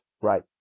right